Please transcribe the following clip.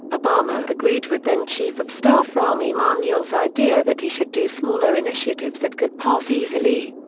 obama agreed with then chief of staff rahm emanuel's idea that he should do smaller initiatives that could pass easily.